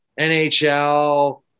NHL